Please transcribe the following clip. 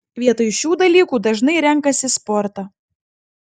vietoj šių dalykų dažnai renkasi sportą